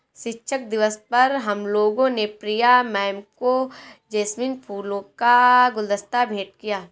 शिक्षक दिवस पर हम लोगों ने प्रिया मैम को जैस्मिन फूलों का गुलदस्ता भेंट किया